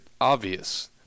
obvious